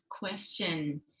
Question